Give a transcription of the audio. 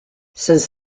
since